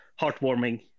heartwarming